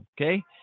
okay